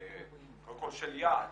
קודם כל של יעד,